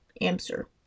Answer